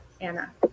Anna